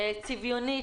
צביונית,